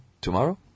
tomorrow